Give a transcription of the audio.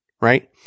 Right